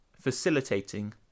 facilitating